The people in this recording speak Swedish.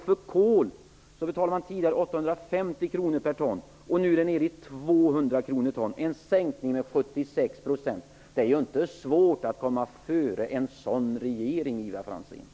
För kol betalade man tidigare 850 kr per ton. Nu är den skatten nere i 200 kr per ton -- n sänkning med 76 %. Det är inte svårt att komma före en sådan regering, Ivar Franzén.